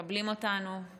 מקבלים אותנו כל בוקר,